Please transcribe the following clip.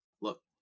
Look